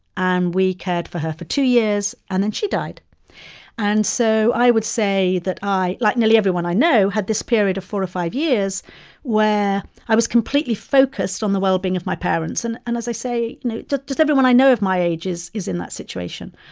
and we cared for her for two years, and then she died and so i would say that i, like nearly everyone i know, had this period of four or five years where i was completely focused on the well-being of my parents. and and as i say just everyone i know of my age is is in that situation.